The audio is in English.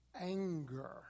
anger